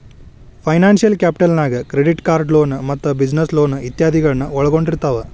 financial capital ನ್ಯಾಗ್ credit card loan ಮತ್ತ business loan ಇತಾದಿಗಳನ್ನ ಒಳ್ಗೊಂಡಿರ್ತಾವ